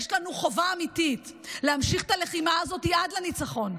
יש לנו חובה אמיתית להמשיך את הלחימה הזאת עד לניצחון.